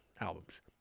albums